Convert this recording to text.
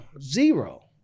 zero